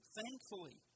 thankfully